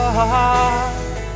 heart